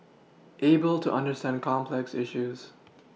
able to understand complex issues